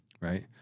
Right